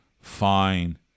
Fine